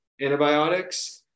antibiotics